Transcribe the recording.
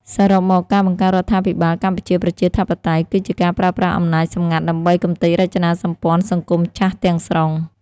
សរុបមក ការបង្កើតរដ្ឋាភិបាលកម្ពុជាប្រជាធិបតេយ្យ គឺជាការប្រើប្រាស់អំណាចសម្ងាត់ដើម្បីកម្ទេចរចនាសម្ព័ន្ធសង្គមចាស់ទាំងស្រុង។